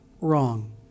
wrong